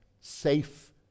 safe